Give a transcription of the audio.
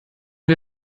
wir